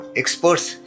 experts